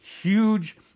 huge